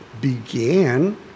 began